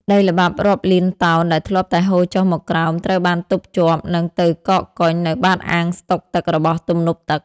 ដីល្បាប់រាប់លានតោនដែលធ្លាប់តែហូរចុះមកក្រោម ត្រូវបានទប់ជាប់ និងទៅកកកុញនៅបាតអាងស្តុកទឹករបស់ទំនប់ទឹក។